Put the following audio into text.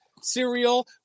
cereal